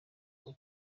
uko